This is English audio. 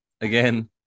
Again